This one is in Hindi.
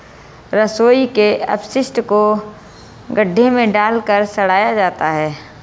रसोई के अपशिष्ट को गड्ढे में डालकर सड़ाया जाता है